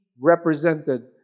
represented